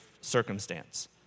circumstance